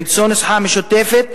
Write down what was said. למצוא נוסחה משותפת,